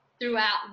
throughout